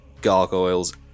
gargoyles